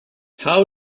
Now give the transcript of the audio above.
how